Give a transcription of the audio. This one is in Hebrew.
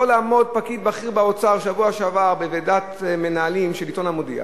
יכול לעמוד השבוע פקיד בכיר באוצר ב"ועידת המנהלים" של עיתון "המודיע"